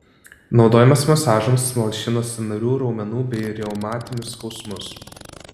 naudojamas masažams malšina sąnarių raumenų bei reumatinius skausmus